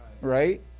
right